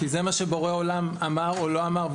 כי זה מה שבורא עולם אמר או לא אמר.